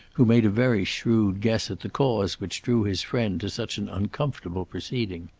who made a very shrewd guess at the cause which drew his friend to such an uncomfortable proceeding.